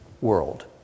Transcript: world